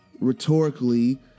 rhetorically